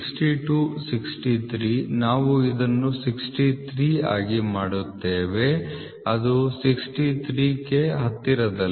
62 63 ನಾವು ಅದನ್ನು 63 ಆಗಿ ಮಾಡುತ್ತೇವೆ ಅದು 63 ಕ್ಕೆ ಹತ್ತಿರದಲ್ಲಿದೆ